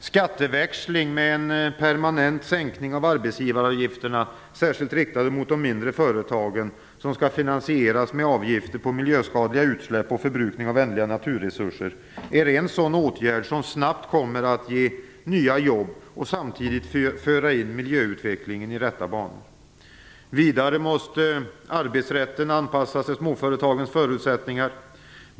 Skatteväxling med en permanent sänkning av arbetsgivaravgifterna, särskilt riktad mot de mindre företagen, som skall finansieras med avgifter på miljöskadliga utsläpp och förbrukning av ändliga naturresurser, är en sådan åtgärd som snabbt kommer att ge nya jobb och samtidigt föra in miljöutvecklingen i rätta banor. Vidare måste arbetsrätten anpassas till småföretagens förutsättningar.